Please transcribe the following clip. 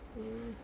mm